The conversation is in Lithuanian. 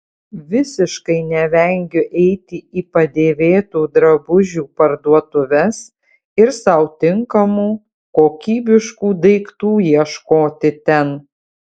visiškai nevengiu eiti į padėvėtų drabužių parduotuves ir sau tinkamų kokybiškų daiktų ieškoti ten